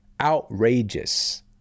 outrageous